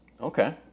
Okay